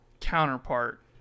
counterpart